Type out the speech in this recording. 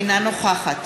אינה נוכחת